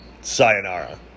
Sayonara